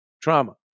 trauma